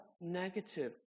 negative